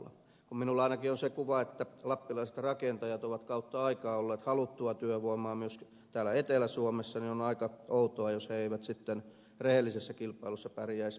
kun minulla ainakin on se kuva että lappilaiset rakentajat ovat kautta aikojen olleet haluttua työvoimaa myöskin täällä etelä suomessa niin on aika outoa jos he eivät sitten rehellisessä kilpailussa pärjäisi kotikentällä